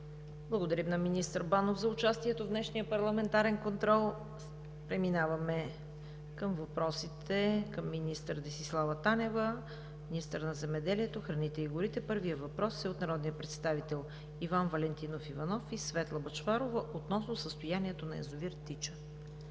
Благодарим на министър Банов за участието в днешния парламентарен контрол. Преминаваме към въпросите към Десислава Танева – министър на земеделието, храните и горите. Първият въпрос е от народните представители Иван Валентинов Иванов и Светла Бъчварова – относно състоянието на язовир „Тича“.